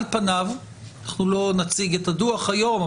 אנחנו לא נציג את הדוח היום,